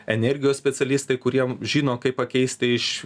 energijos specialistai kurie žino kaip pakeisti iš